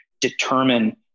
determine